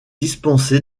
dispensé